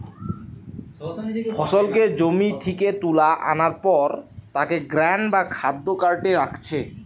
ফসলকে জমি থিকে তুলা আনার পর তাকে গ্রেন বা খাদ্য কার্টে রাখছে